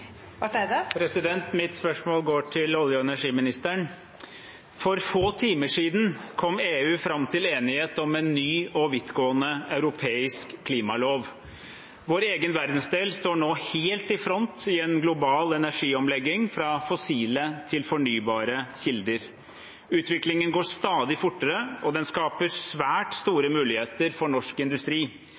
Mitt spørsmål går til olje- og energiministeren. For få timer siden kom EU fram til enighet om en ny og vidtgående europeisk klimalov. Vår egen verdensdel står nå helt i front i en global energiomlegging fra fossile til fornybare kilder. Utviklingen går stadig fortere, og den skaper svært store muligheter for norsk industri,